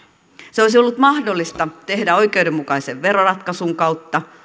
se olisi ollut mahdollista tehdä oikeudenmukaisen veroratkaisun kautta